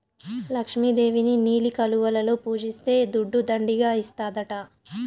లక్ష్మి దేవిని నీలి కలువలలో పూజిస్తే దుడ్డు దండిగా ఇస్తాడట